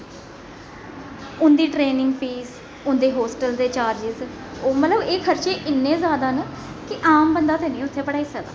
उं'दी training fees उं'दे hostel दे चार्जिस ओह् मतलब एह् खर्चे इन्ने जैदा न कि आम बंदा ते नेईं उत्थै पढाई सकदा